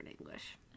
English